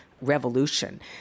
revolution